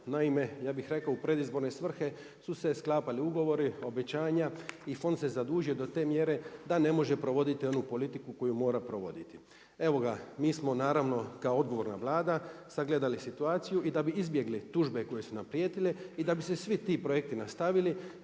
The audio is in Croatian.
Naime, ja bih rekao u predizborne svrhe su se sklapali ugovori, obećanja i fond se zadužio do te mjere da ne može provoditi onu politiku koju mora provoditi. Evo ga, mi smo naravno kao odgovorna Vlada sagledali situaciju i da bi izbjegli tužbe koje su nam prijetile i da bi se svi ti projekti nastavili